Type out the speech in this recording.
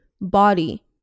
body